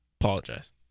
Apologize